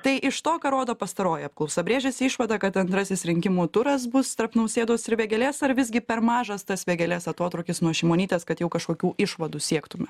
tai iš to ką rodo pastaroji apklausa brėžiasi išvada kad antrasis rinkimų turas bus tarp nausėdos ir vėgėlės ar visgi per mažas tas vėgėlės atotrūkis nuo šimonytės kad jau kažkokių išvadų siektume